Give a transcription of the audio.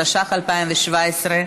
התשע"ח 2017,